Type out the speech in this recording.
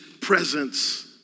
presence